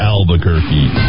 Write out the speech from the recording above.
Albuquerque